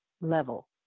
level